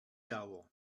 dauer